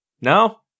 No